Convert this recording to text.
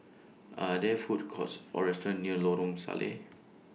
Are There Food Courts Or restaurants near Lorong Salleh